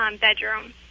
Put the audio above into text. bedroom